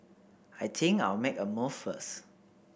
I think I'll make a move first